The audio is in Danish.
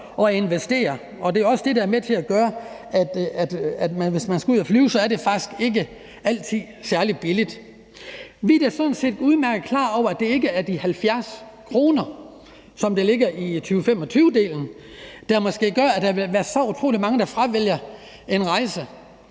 også at investere i. Det er også det, der er med til at gøre, at det, hvis man skal ud at flyve, faktisk ikke altid er særlig billigt. Vi er da sådan set udmærket klar over, at det ikke er de 70 kr., som der ligger i 2025-delen, der måske gør, at der vil være utrolig mange, der fravælger en rejse.